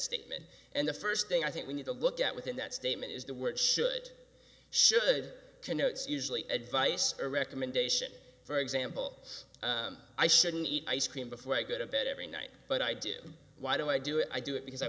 statement and the first thing i think we need to look at within that statement is the word should should connotes usually advice or recommendation for example i shouldn't eat ice cream before i go to bed every night but i do why do i do it i do it because i